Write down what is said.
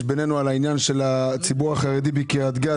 יש בינינו על העניין של הציבור החרדי בקרית גת,